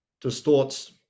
distorts